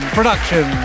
production